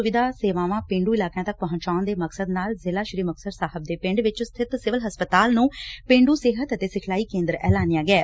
ਵਿਸ਼ਵ ਪੱਧਰੀ ਸਿਹਤ ਸੁਵਿਧਾ ਸੇਵਾਵਾਂ ਪੇਂਡੁ ਇਲਾਕਿਆਂ ਤੱਕ ਪਹੁੰਚਾਉਣ ਦੇ ਮਕਸਦ ਨਾਲ ਜ਼ਿਲੁਾ ਸ੍ਰੀ ਮੁਕਤਸਰ ਸਾਹਿਬ ਦੇ ਪਿੰਡ ਵਿਚ ਸਬਿਤ ਸੈਵਲ ਹਸਪਤਾਲ ਨੂੰ ਪੇਂਡੁ ਸਿਹਤ ਅਤੇ ਸਿਖਲਾਈ ਕੇਂਦਰ ਐਲਾਨਿਆ ਗਿਐ